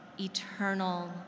eternal